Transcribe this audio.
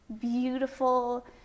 beautiful